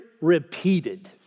repeated